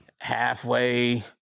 halfway